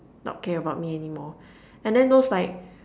not care about me anymore and then those like